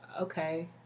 okay